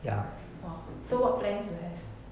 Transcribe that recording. !wah! so what plans you have